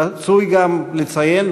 רצוי גם לציין,